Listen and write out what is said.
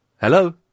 Hello